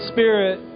Spirit